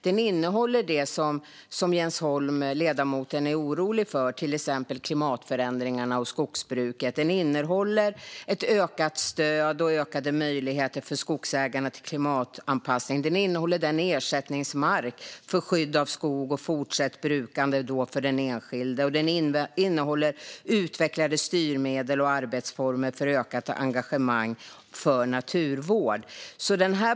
Den innehåller det som ledamoten Jens Holm är orolig för, till exempel klimatförändringarna och skogsbruket. Den innehåller ett ökat stöd och ökade möjligheter för skogsägarna till klimatanpassning. Den innehåller ersättningsmark för skydd av skog och fortsatt brukande för den enskilde. Den innehåller utvecklade styrmedel och arbetsformer för ökat engagemang för naturvård.